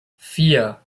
vier